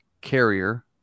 carrier